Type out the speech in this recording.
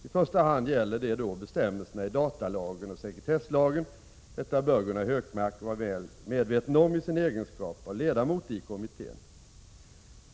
I första hand gäller det då bestämmelserna i datalagen och sekretesslagen. Detta bör Gunnar Hökmark vara väl medveten om i sin egenskap av ledamot i kommittén.